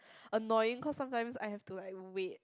annoying cause sometimes I have to like wait